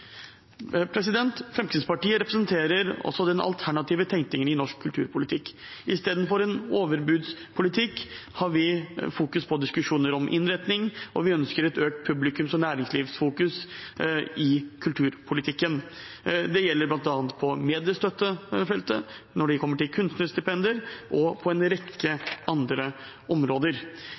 Fremskrittspartiet representerer også den alternative tenkningen i norsk kulturpolitikk. Istedenfor en overbudspolitikk har vi fokus på diskusjoner om innretning, og vi ønsker et økt publikums- og næringslivsfokus i kulturpolitikken. Det gjelder bl.a. på mediestøttefeltet, når det kommer til kunstnerstipender og på en rekke andre områder.